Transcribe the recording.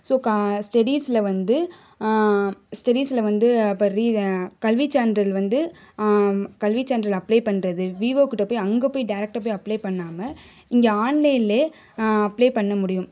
so ஸ்டடீஸ்ல வந்து ஸ்டடீஸ்ல வந்து இப்போ கல்வி சான்றிதழ் வந்து கல்வி சான்றிதழ் அப்ளே பண்ணுறது விஓ கிட்டே போய் அங்கே போய் டைரக்ட்டா போய் அப்ளே பண்ணாமல் இங்கே ஆன்லைன்லேயே அப்ளே பண்ண முடியும்